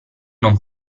non